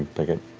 pick it.